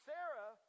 Sarah